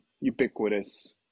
ubiquitous